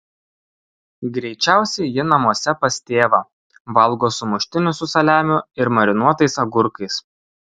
greičiausiai ji namuose pas tėvą valgo sumuštinius su saliamiu ir marinuotais agurkais